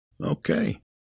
Okay